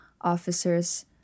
officers